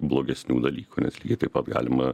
blogesnių dalykų nes lygiai taip pat galima